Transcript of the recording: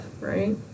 right